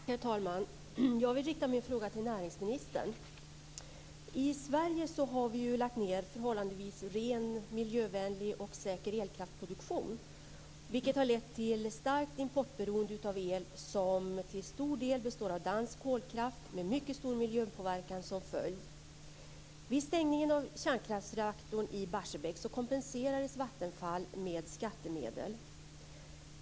Herr talman! Jag vill rikta min fråga till näringsministern. I Sverige har vi lagt ned förhållandevis ren, miljövänlig och säker elkraftsproduktion, vilket har lett till ett starkt importberoende av el som till stor del består av dansk kolkraft, med mycket stor miljöpåverkan som följd. Vid stängningen av kärnkraftsreaktorn i Barsebäck kompenserades Vattenfall med skattemedel.